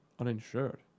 uninsured